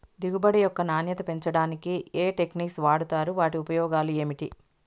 దిగుబడి యొక్క నాణ్యత పెంచడానికి ఏ టెక్నిక్స్ వాడుతారు వాటి ఉపయోగాలు ఏమిటి?